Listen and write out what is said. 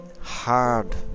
hard